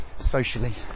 socially